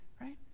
right